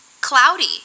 cloudy